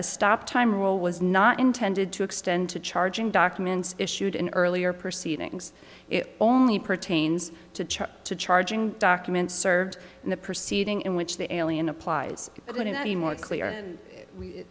the stop time rule was not intended to extend to charging documents issued in earlier proceedings if only pertains to check to charging documents served in the proceeding in which the alien applies but in any more clear and we